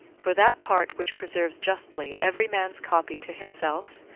for that part which preserves justly every man's copy to himself,